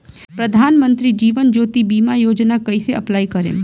प्रधानमंत्री जीवन ज्योति बीमा योजना कैसे अप्लाई करेम?